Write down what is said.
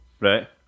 Right